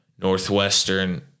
Northwestern